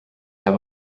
have